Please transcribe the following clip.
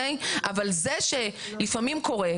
אבל זה שלפעמים קורה,